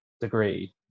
degree